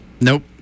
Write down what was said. nope